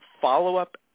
follow-up